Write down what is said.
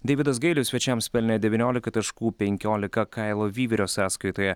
deividas gailius svečiams pelnė devyniolika taškų penkiolika kailo vyvirio sąskaitoje